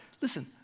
listen